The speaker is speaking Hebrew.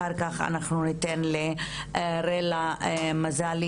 אחר-כך, אנחנו ניתן לרלה מזלי,